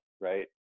right